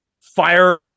fire